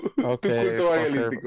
okay